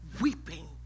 weeping